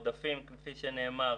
כפי שנאמר,